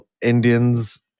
Indians